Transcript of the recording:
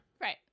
Right